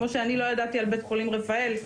כמו שאני לא ידעתי על בית חולים רפאל,